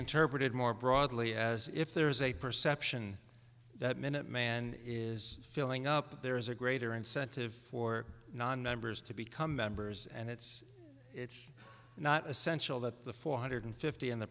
interpreted more broadly as if there is a perception that minuteman is filling up there is a greater incentive for nonmembers to become members and it's not essential that the four hundred fifty in the